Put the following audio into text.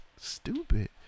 Stupid